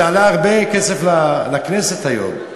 זה עלה הרבה כסף לכנסת היום,